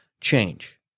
change